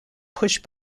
push